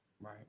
Right